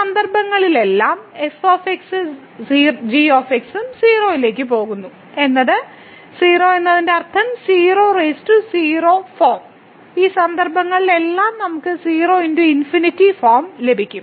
ഈ സന്ദർഭങ്ങളിലെല്ലാം f 0 g 0 ലേക്ക് പോകുന്നു എന്നത് 0 എന്നതിന്റെ അർത്ഥം 00 ഫോം ഈ സന്ദർഭങ്ങളിലെല്ലാം നമുക്ക് 0 ×∞ ഫോം ലഭിക്കും